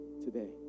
today